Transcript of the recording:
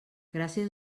gràcies